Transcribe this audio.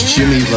Jimmy